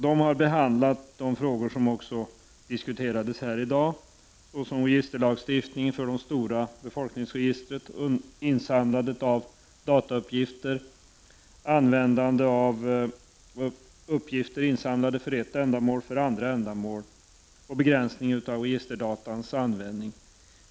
Däri har också behandlats de frågor som har diskuterats här i dag, såsom registerlagstiftning för de stora befolkningsregistren, insamlande av datauppgifter, användande för andra ändamål av uppgifter insamlade för ett ändamål och begränsning av registerdatas användning.